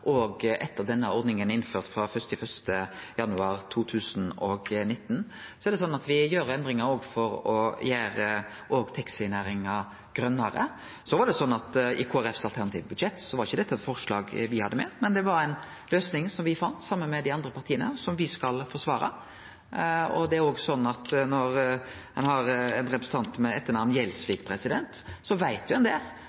òg etter at denne ordninga er innført, frå 1. januar 2019. Så er det sånn at me gjer endringa òg for å gjere taxinæringa grønare. I Kristeleg Folkeparti sitt alternative budsjett var ikkje dette eit forslag me hadde med, men det var ei løysing som me fann saman med dei andre partia, som me skal forsvare. Det er òg sånn at når representanten har etternamn Gjelsvik, veit han at i eit budsjett må ein finne både inntektssider og utgiftssider for å få ein